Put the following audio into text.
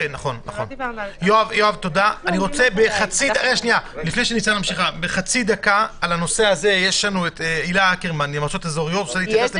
אני מבקש לשמוע על הנושא הזה את הילה אקרמן מהרשויות המקומיות.